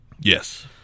Yes